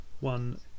one